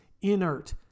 inert